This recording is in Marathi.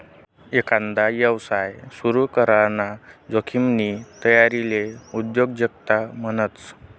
एकांदा यवसाय सुरू कराना जोखिमनी तयारीले उद्योजकता म्हणतस